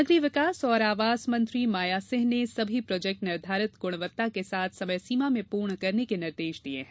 नगरीय विकास और आवास मंत्री माया सिंह ने सभी प्रोजेक्ट निर्धारित गृणवत्ता के साथ समय सीमा में पूर्ण करने के निर्देश दिए हैं